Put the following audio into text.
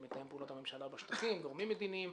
מתאם פעולות הממשלה בשטחים וגורמים מדיניים.